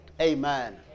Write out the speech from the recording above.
Amen